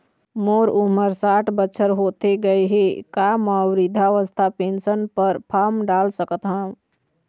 मोर उमर साठ बछर होथे गए हे का म वृद्धावस्था पेंशन पर फार्म डाल सकत हंव?